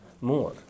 more